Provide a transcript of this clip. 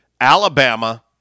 Alabama